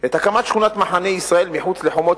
את הקמת שכונת מחנה-ישראל מחוץ לחומות